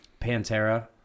Pantera